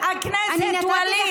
את טועה,